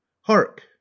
Hark